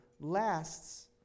lasts